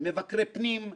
מבקרי פנים,